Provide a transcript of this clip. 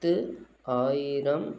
பத்து ஆயிரம்